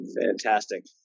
Fantastic